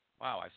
Wow